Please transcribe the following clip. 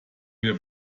wir